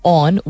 on